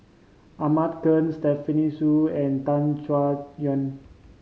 Ahmad Khan Stefanie and Tan Chay Yan